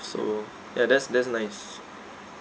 so ya that's that's nice